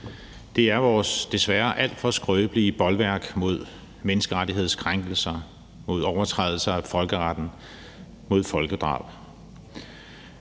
Det er vores desværre alt for skrøbelige bolværk mod menneskerettighedskrænkelser, mod overtrædelser af folkeretten, mod folkedrab.